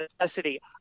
necessity